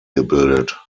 gebildet